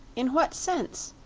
in what sense?